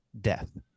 death